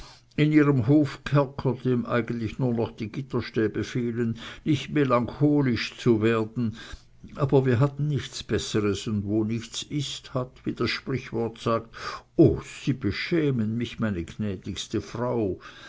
in ihrem hofkerker dem eigentlich nur noch die gitterstäbe fehlen nicht melancholisch zu werden aber wir hatten nichts besseres und wo nichts ist hat wie das sprichwort sagt o sie beschämen mich meine gnädigste frau